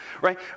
right